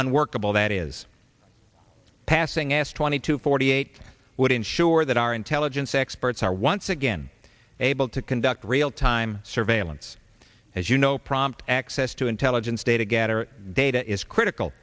unworkable that is passing as twenty to forty eight would ensure that our intelligence experts are once again able to conduct realtime surveillance as you know prompt access to intelligence data gather data is critical